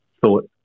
thought